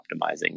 optimizing